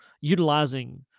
utilizing